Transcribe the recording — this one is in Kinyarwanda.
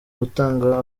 gutanga